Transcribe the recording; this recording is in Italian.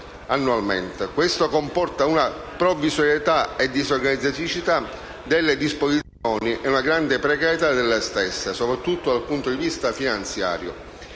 Questo comporta una provvisorietà e disorganicità delle disposizioni e una grande precarietà delle stesse, soprattutto dal punto di vista finanziario,